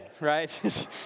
right